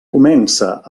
comença